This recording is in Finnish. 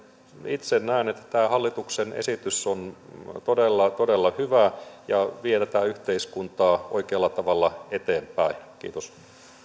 itse näen että tämä hallituksen esitys on todella todella hyvä ja vie tätä yhteiskuntaa oikealla tavalla eteenpäin kiitos